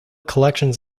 collections